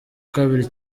kabiri